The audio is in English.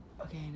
Okay